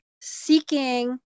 seeking